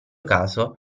caso